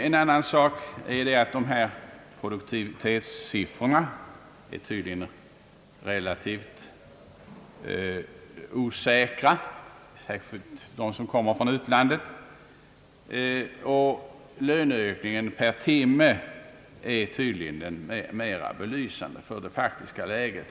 En annan sak är att dessa produktivitetssiffror tydligen är relativt osäkra, särskilt de som kommer från utlandet, och löneökningen per timme är mera belysande för det faktiska läget.